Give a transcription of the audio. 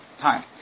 time